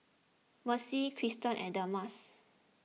Mercy Kiersten and Delmas